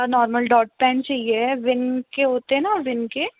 normal dot pen चाहिए है विन के होते हैं ना विन के